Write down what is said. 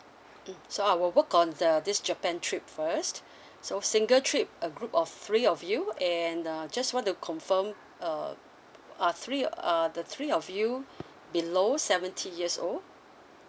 mm so I will work on the this japan trip first so single trip a group of three of you and uh just want to confirm uh are three uh the three of you below seventy years old